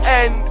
end